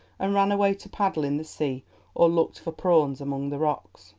and ran away to paddle in the sea or look for prawns among the rocks.